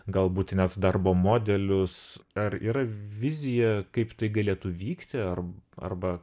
galbūt net darbo modelius ar yra vizija kaip tai galėtų vykti ar arba